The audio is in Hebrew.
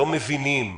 לא מבינים,